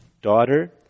Daughter